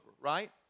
right